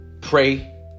pray